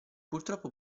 purtroppo